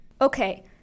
Okay